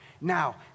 Now